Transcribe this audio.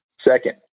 Second